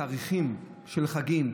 תאריכים של חגים,